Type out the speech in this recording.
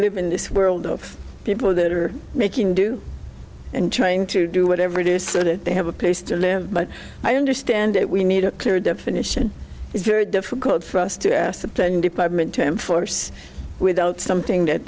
live in this world of people that are making do and trying to to do whatever it is so that they have a place to live but i understand it we need a clear definition is very difficult for us to ask the planning department to enforce without something that